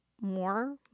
more